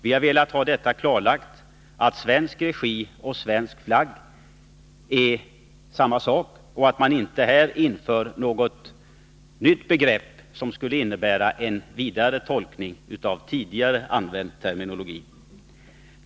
Vi har velat få klarlagt att svensk regi och svensk flagg är samma sak och att man inte inför något nytt begrepp som skulle innebära en vidare tolkning av tidigare använd terminologi.